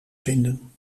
vinden